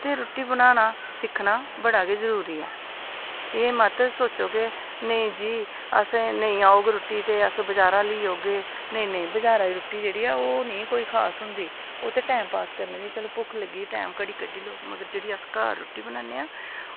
ते रुट्टी बनाना सिक्खना बड़ा गै जरूरी ऐ एह् मत सोचो की नेईं जी अस नेईं औग रुट्टी ते अस बजारै दा लेई औगे नेईं नेईं बजारा दी रुट्टी जेह्ड़ी ऐ ओह् नेईं खास होंदी ओह् सिर्फ टैम पास करने लेई कि भुक्ख लग्गी दी ते घड़ी कड्ढी लैओ मगर जेह्ड़ी अस घर रुट्टी बनाने आं